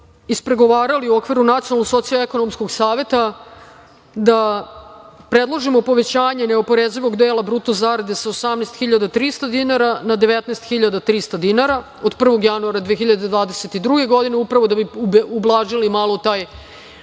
ispregovarali, u okviru nacionalnog Socijalno-ekonomskog saveta, da predložimo povećanje neoporezivog dela bruto zarade sa 18.300 dinara na 19.300 dinara od 1. januara 2022. godine, upravo da bi ublažili malo taj